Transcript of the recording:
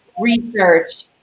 research